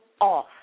off